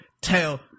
tell